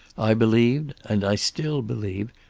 i believed, and i still believe,